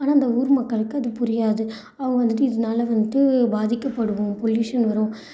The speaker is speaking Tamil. ஆனால் அந்த ஊர் மக்களுக்கு அது புரியாது அவங்க வந்துட்டு இதனால வந்துட்டு பாதிக்கப்படுவோம் பொல்யூஷன் வரும்